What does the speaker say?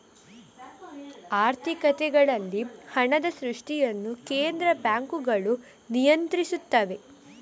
ಆರ್ಥಿಕತೆಗಳಲ್ಲಿ ಹಣದ ಸೃಷ್ಟಿಯನ್ನು ಕೇಂದ್ರ ಬ್ಯಾಂಕುಗಳು ನಿಯಂತ್ರಿಸುತ್ತವೆ